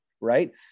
right